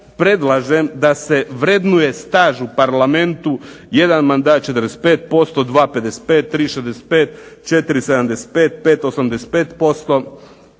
predlažem da se vrednuje staž u parlamentu. Jedan mandat 45%, 2 55, 3 65, 4 75, 5 85%